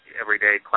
everyday